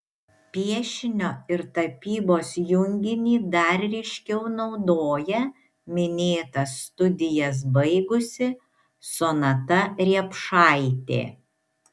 piešinio ir tapybos junginį dar ryškiau naudoja minėtas studijas baigusi sonata riepšaitė